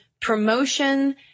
promotion